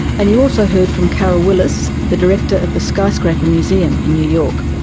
and you also heard from carol willis, the director of the skyscraper museum in new york.